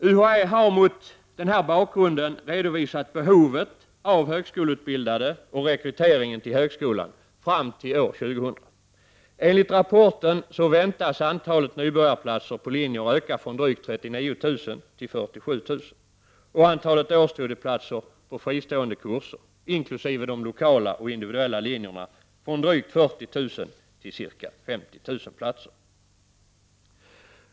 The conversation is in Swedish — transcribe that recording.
UHÄ har mot denna bakgrund redovisat behovet av högskoleutbildade och rekryteringen till högskolan fram till år 2000. Enligt rapporten väntas antalet nybörjarplatser på linjer öka från drygt 39 000 till 47 000 och antalet årsstudieplatser på fristående kurser — inkl. lokala och individuella linjer — från drygt 40 000 till ca 50 000 platser.